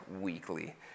weekly